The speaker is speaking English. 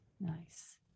Nice